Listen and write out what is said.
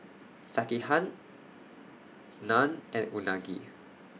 Sekihan Naan and Unagi